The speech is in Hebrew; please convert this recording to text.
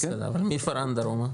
בסדר, אבל מפראן דרומה?